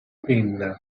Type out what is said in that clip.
penna